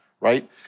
Right